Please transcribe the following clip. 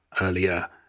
earlier